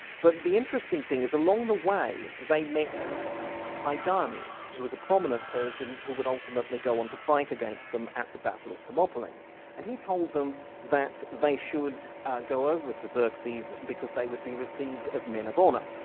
but the interesting thing is that along the way they met hydarnes who was a prominent persian who would ultimately go on to fight against them at the battle of thermopylae and he told them that they should go over to xerxes because they would be received as men of honour.